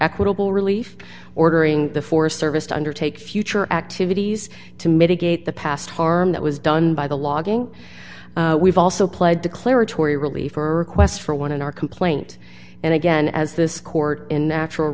equitable relief ordering the forest service to undertake future activities to mitigate the past harm that was done by the logging we've also played declaratory relief or a request for one in our complaint and again as this court in natural